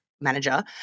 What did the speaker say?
manager